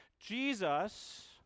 Jesus